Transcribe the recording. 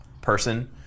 person